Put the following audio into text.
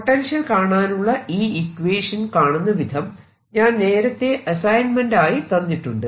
potential കാണാനുള്ള ഈ equation കാണുന്ന വിധം ഞാൻ നേരത്തെ അസൈൻമെന്റ് ആയി തന്നിട്ടുണ്ട്